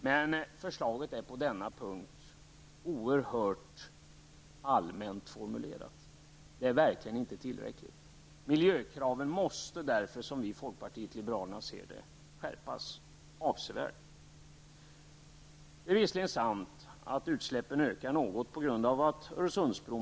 Men förslaget är på denna punkt oerhört allmänt formulerat. Det är verkligen inte tillräckligt. Miljökraven måste därför, som vi i folkpartiet ser saken, skärpas avsevärt. Det är förmodligen sant att utsläppen ökar något med en Öresundsbro.